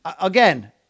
again